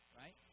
right